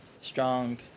strong